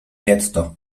getto